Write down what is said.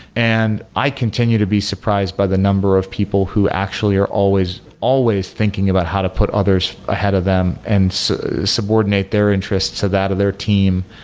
and i continue to be surprised by the number of people who actually are always, always thinking about how to put others ahead of them and so subordinate their interests to that of their team,